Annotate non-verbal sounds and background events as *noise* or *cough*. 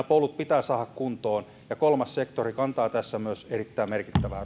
*unintelligible* polut pitää saada kuntoon ja kolmas sektori kantaa tässä myös erittäin merkittävää *unintelligible*